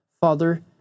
Father